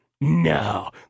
No